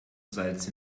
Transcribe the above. salz